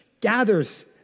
gathers